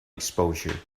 exposure